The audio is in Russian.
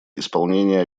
исполнения